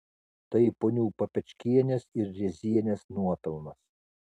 tai ponių papečkienės ir rėzienės nuopelnas